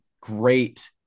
great